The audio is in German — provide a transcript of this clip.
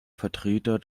vertreter